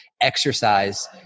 exercise